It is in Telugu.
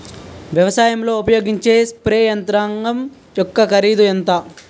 వ్యవసాయం లో ఉపయోగించే స్ప్రే యంత్రం యెక్క కరిదు ఎంత?